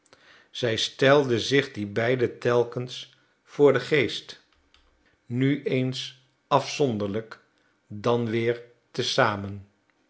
zij stelde zich die beiden telkens voor den geest nu eens afzonderlijk dan weer te zamen